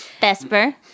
Vesper